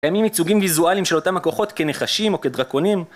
קיימים ייצוגים ויזואליים של אותם הכוחות כנחשים או כדרקונים